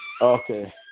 okay